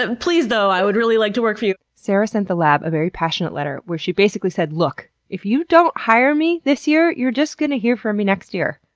um please though i would really like to work for you! sarah sent the lab a very passionate letter, where she basically said, look, if you don't hire me this year, you're just going to hear from me next year,